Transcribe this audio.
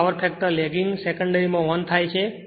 8 power factor lagging secondary માં વહન થાય છે